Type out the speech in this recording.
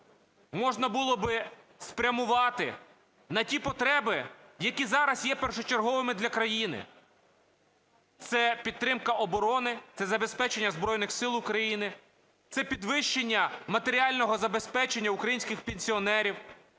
можна було би спрямувати на ті потреби, які зараз є першочерговими для країни. Це підтримка оборони, це забезпечення Збройних Сил України, це підвищення матеріального забезпечення українських пенсіонерів,